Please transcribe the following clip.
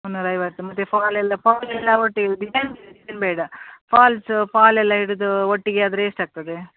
ಮುನ್ನೂರು ಐವತ್ತು ಮತ್ತು ಫಾಲೆಲ್ಲ ಫಾಲೆಲ್ಲ ಒಟ್ಟು ಡಿಸೈನ್ಸ್ ಬೇಡ ಫಾಲ್ಸ್ ಫಾಲೆಲ್ಲ ಇಡುದು ಒಟ್ಟಿಗೆ ಆದರೆ ಎಷ್ಟು ಆಗ್ತದೆ